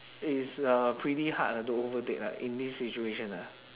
is a pretty hard to overtake ah in this situation ah